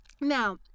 now